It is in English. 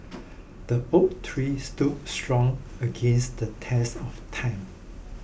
the oak tree stood strong against the test of time